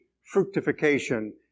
fructification